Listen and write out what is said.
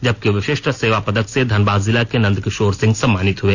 जबकि विशिष्ट सेवा पदक से धनबाद जिला के नंद किशोर सिंह सम्मानित हुए